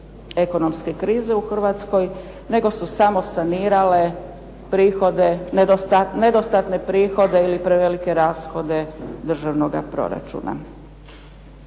ekonomske krize u Hrvatskoj, nego su samo sanirale prihode, nedostatne prihode ili prevelike rashode državnoga proračuna.